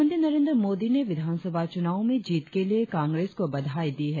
प्रधानमंत्री नरेंद्र मोदी ने विधानसभा चूनाव में जीत के लिए कांग्रेस को बधाई दी है